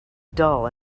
dull